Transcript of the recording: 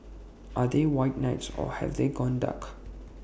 are they white knights or have they gone dark